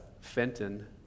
Fenton